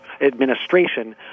administration